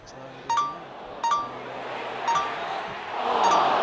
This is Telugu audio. మనం వాళ్ళు వచ్చి మనలు గుద్దినా మనం పోయి వాళ్ళని గుద్దినా